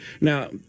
now